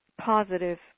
positive